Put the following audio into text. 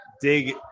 dig